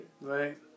Right